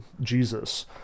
Jesus